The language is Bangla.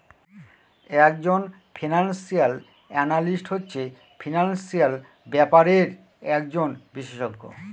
এক জন ফিনান্সিয়াল এনালিস্ট হচ্ছে ফিনান্সিয়াল ব্যাপারের একজন বিশষজ্ঞ